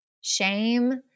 shame